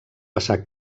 passar